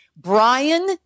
Brian